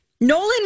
Nolan